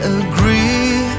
agree